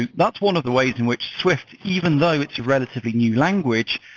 and that's one of the ways in which swift, even though it's a relatively new language,